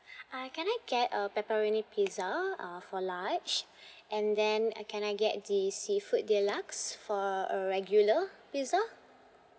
uh can I get a pepperoni pizza uh for large and then can I get the seafood deluxe for a regular pizza